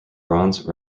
bronze